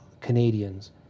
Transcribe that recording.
Canadians